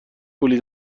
پولی